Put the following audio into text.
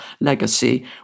legacy